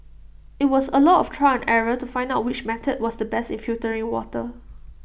IT was A lot of trial error to find out which method was the best in filtering water